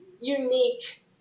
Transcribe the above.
unique